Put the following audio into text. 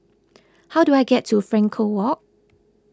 how do I get to Frankel Walk